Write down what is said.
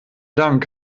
dank